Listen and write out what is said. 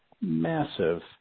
massive